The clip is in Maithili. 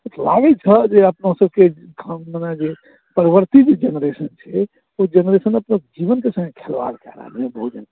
किछु लागैत छै जे अपना सबके मने जे परिवर्तित जेनरेशन छै ओ जेनरेशन अपन जीवनके सङ्गे खेलवार कऽ रहल अइ बहुत जादा